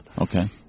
Okay